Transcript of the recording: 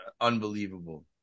unbelievable